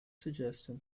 suggestion